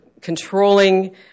controlling